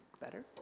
Better